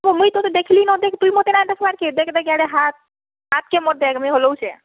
ମୁ ମୁଇଁ ତତେ ଦେଖିଲିନ୍ ଦେଖ୍ ତୁଇ ମୋତେ ନାଇଁ ଦେଖିବାର୍ କେଁ ଦେଖ୍ ଦେଖ୍ ଇଆଡ଼େ ହାତ୍ ହାତ୍ କେ ମୋର୍ ଦେଖ୍ ମୁଇଁ ହଲଉଛେଁ